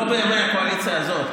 לא בימי הקואליציה הזאת,